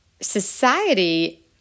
society